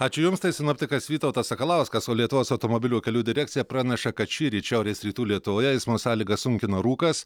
ačiū jums tai sinoptikas vytautas sakalauskas o lietuvos automobilių kelių direkcija praneša kad šįryt šiaurės rytų lietuvoje eismo sąlygas sunkina rūkas